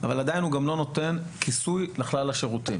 אבל עדיין הוא גם לא נותן כיסוי לכלל השירותים.